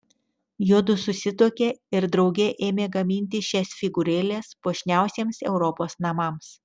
juodu susituokė ir drauge ėmė gaminti šias figūrėles puošniausiems europos namams